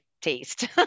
taste